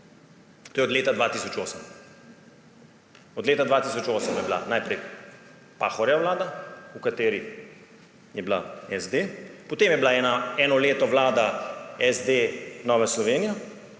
To je od leta 2008. Od leta 2008 je bila najprej Pahorjeva vlada, v kateri je bila SD, potem je bila eno leto vlada SD, Nova Slovenija,